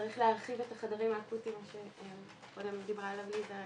צריך להרחיב את החדרים האקוטיים שקודם דיברה עליהם ליזה,